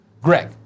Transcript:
Greg